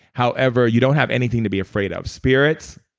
however, you don't have anything to be afraid of. spirit,